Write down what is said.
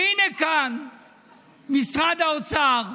והינה, כאן משרד האוצר,